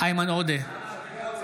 --- (קורא בשמות